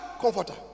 comforter